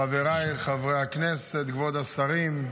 חבריי חברי הכנסת, כבוד השרים,